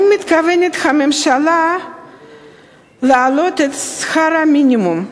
האם מתכוונת הממשלה להעלות את שכר המינימום,